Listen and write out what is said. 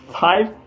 Five